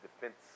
defense